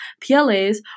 PLAs